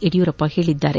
ಯಡಿಯೂರಪ್ಪ ಹೇಳಿದ್ದಾರೆ